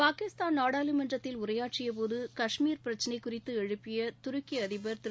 பாகிஸ்தான் நாடாளுமன்றத்தில் உரையாற்றிய போது காஷ்மீர் பிரச்சினை குறித்து எழுப்பிய துருக்கி அதிபர் திரு